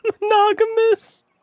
Monogamous